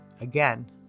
Again